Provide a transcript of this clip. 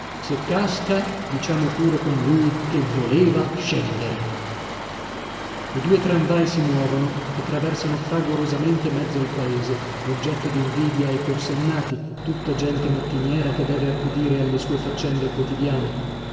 se casca diciamo pure con lui che voleva scendere i due tranvai si muovono e traversano fragorosamente mezzo il paese oggetto d'invidia ai corsennati tutta gente mattiniera che deve accudire alle sue faccende quotidiane